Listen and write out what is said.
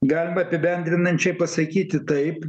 galima apibendrinančiai pasakyti taip